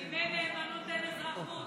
אם אין נאמנות אין אזרחות.